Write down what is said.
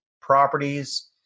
properties